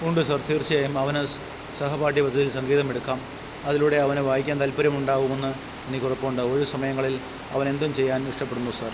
ഉണ്ട് സാർ തീർച്ചയായും അവന് സഹപാഠ്യ പദ്ധതിയിൽ സംഗീതമെടുക്കാം അതിലൂടെ അവന് വായിക്കാൻ താൽപ്പര്യമുണ്ടാകുമെന്ന് എനിക്കുറപ്പുണ്ട് ഒഴിവ് സമയങ്ങളിൽ അവനെന്തും ചെയ്യാൻ ഇഷ്ടപ്പെടുന്നു സാർ